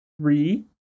Three